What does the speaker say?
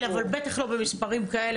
כן, אבל בטח לא במספרים כאלה.